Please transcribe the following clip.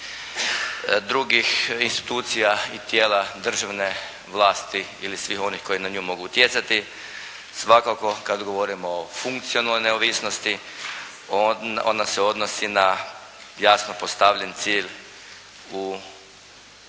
drugih institucija i tijela državne vlasti ili svih onih koji na nju mogu utjecati, svakako kada govorimo o funkcionalnoj neovisnosti ona se odnosi na jasno postavljen cilj u odabiru,